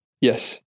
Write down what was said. yes